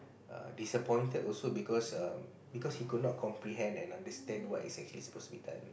err disappointed also because err because he could not comprehend and understand what is actually supposed to be done